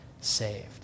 saved